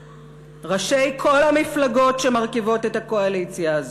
ראשי כל המפלגות שמרכיבות את הקואליציה הזאת,